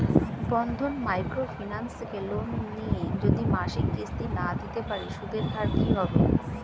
বন্ধন micro finance থেকে loan নিয়ে যদি মাসিক কিস্তি না দিতে পারি সুদের হার কি হবে?